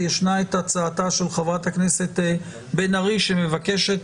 וישנה הצעתה של חברת הכנסת בן ארי שמבקשת